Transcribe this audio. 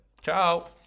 Ciao